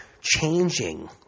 changing